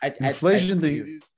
inflation